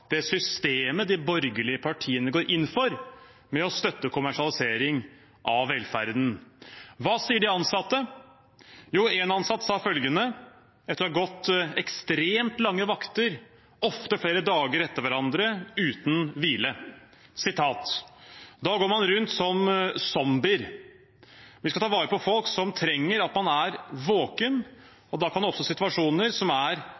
det systemet de borgerlige partiene går inn for, ved å støtte kommersialisering av velferden. Hva sier de ansatte? En ansatt sa følgende om det å ha gått ekstremt lange vakter, ofte flere dager etter hverandre uten hvile: «Da går man rundt som zombier. Vi skal ta vare på folk som trenger at man er våken. Da kan det oppstå situasjoner som er